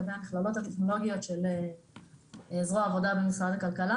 לגבי המכללות הטכנולוגיות של זרוע העבודה במשרד הכלכלה